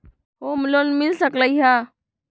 Home loan मिल सकलइ ह?